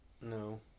No